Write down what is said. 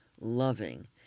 loving